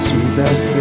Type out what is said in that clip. Jesus